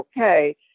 okay